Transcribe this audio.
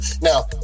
Now